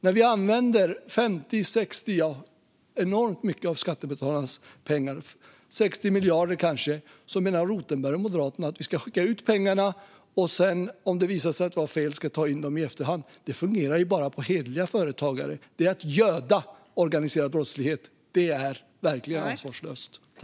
När vi använder 50, kanske 60 miljarder - enormt mycket - av skattebetalarnas pengar menar Rothenberg och Moderaterna att vi ska skicka ut pengarna och om det visar sig vara fel ta in dem i efterhand. Det fungerar bara på hederliga företagare. Det är att göda organiserad brottslighet. Det är verkligen ansvarslöst.